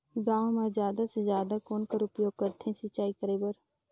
गांव म जादा से जादा कौन कर उपयोग करथे सिंचाई करे बर?